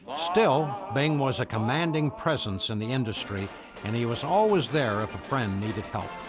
still, bing was a commanding presence in the industry and he was always there if a friend needed help.